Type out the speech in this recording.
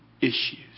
issues